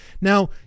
Now